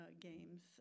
games